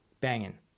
banging